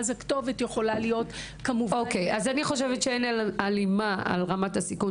אני חושבת שאין הלימה על רמת הסיכון